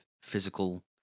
physical